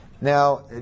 Now